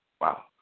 Wow